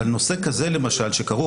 יכול להיות שיהיו